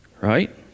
right